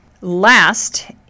Last